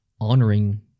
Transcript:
honoring